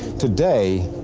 today,